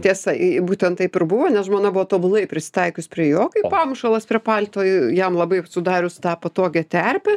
tiesa būtent taip ir buvo nes žmona buvo tobulai prisitaikius prie jo pamušalas prie palto jam labai sudarius tą patogią terpę